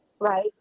right